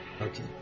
okay